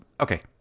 Okay